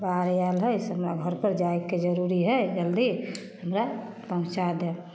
बाहरी आयल हइ से हमरा घरपर जाइके जरूरी हइ जल्दी हमरा पहुँचा दै